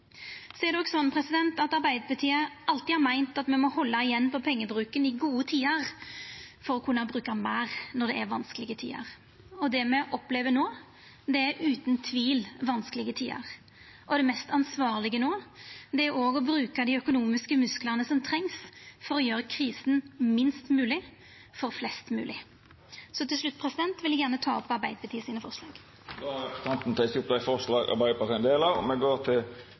Arbeidarpartiet har alltid meint at me må halda igjen på pengebruken i gode tider for å kunna bruka meir når det er vanskelege tider. Det me opplever no, er utan tvil vanskelege tider. Det mest ansvarlege no, er òg å bruka dei økonomiske musklane som trengst for å gjera krisen minst mogleg for flest mogleg. Til slutt vil eg gjerne ta opp Arbeidarpartiet sine forslag. Representanten Hadia Tajik har teke opp dei forslaga ho refererte til. Det vert replikkordskifte. Gjennom de siste månedene har Arbeiderpartiet vært med på å senke det totale trykket for skatter og